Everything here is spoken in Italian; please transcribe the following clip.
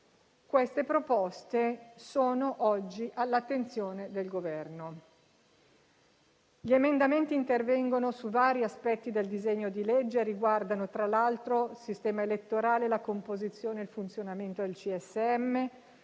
Queste proposte sono oggi all'attenzione del Governo. Gli emendamenti intervengono su vari aspetti del disegno di legge e riguardano, tra l'altro, il sistema elettorale, la composizione e il funzionamento del CSM,